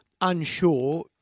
unsure